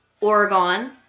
Oregon